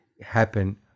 happen